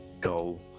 go